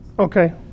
Okay